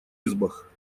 избах